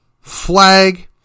flag